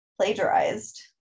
plagiarized